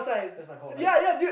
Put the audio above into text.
that's my callsign